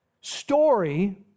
Story